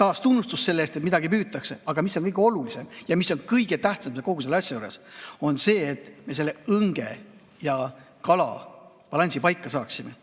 taas tunnustus selle eest, et midagi püütakse –, aga mis on kõige olulisem ja mis on kõige tähtsam kogu selle asja juures, on see, et me selle õnge ja kala balansi paika saaksime.